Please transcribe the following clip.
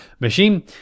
machine